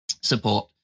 support